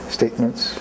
statements